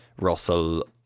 Russell